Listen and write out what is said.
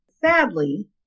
Sadly